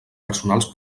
personals